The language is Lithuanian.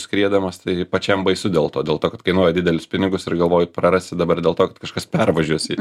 skriedamas tai pačiam baisu dėl to dėl to kad kainuoja didelius pinigus ir galvoji prarasi dabar dėl to kad kažkas pervažiuos jį